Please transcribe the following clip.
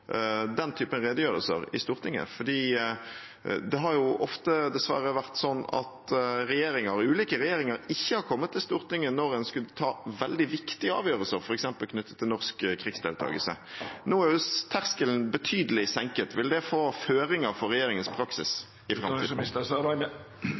den typen redegjørelser i Stortinget. Det har jo ofte dessverre vært slik at ulike regjeringer ikke har kommet til Stortinget når en skulle ta veldig viktige avgjørelser, f.eks. knyttet til norsk krigsdeltakelse. Nå er terskelen betydelig senket. Vil det få føringer for regjeringens praksis